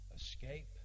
Escape